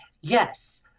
Yes